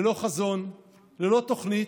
ללא חזון, ללא תוכנית,